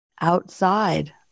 outside